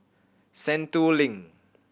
Sentul Link